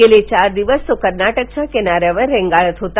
गेले चार दिवस तो कर्नाटकाच्या किनाऱ्यावर रेंगाळत होता